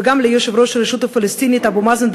וגם ליושב-ראש הרשות הפלסטינית אבו מאזן,